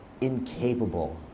incapable